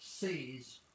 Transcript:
sees